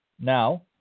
now